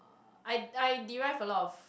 I I derive a lot of